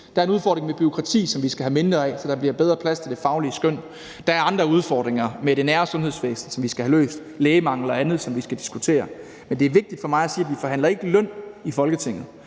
Der er en udfordring med bureaukrati, som vi skal have mindre af, så der bliver bedre plads til det faglige skøn. Der er andre udfordringer med det nære sundhedsvæsen, som vi skal have løst, lægemangel og andet, som vi skal diskutere. Men det er vigtigt for mig at sige, at vi ikke forhandler løn i Folketinget,